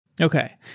Okay